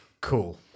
cool